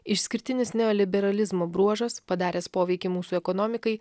išskirtinis neoliberalizmo bruožas padaręs poveikį mūsų ekonomikai